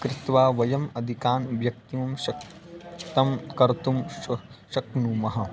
कृत्वा वयम् अधिकान् वक्तुं शक्तं कर्तुं शक् शक्नुमः